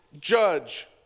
judge